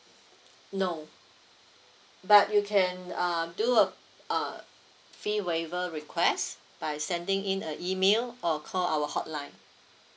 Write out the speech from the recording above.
no but you can uh do a uh fee waiver request by sending in a email or call our hotline